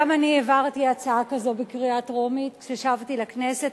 גם אני העברתי הצעה כזאת בקריאה טרומית כששבתי לכנסת,